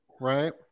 right